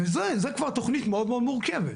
וזה כבר תכנית מאוד מאוד מורכבת.